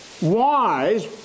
wise